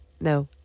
No